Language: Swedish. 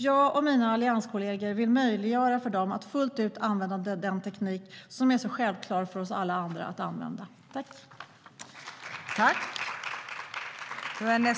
Jag och mina allianskolleger vill möjliggöra för dem att fullt ut använda den teknik som är så självklar för alla oss andra att använda.